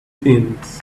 things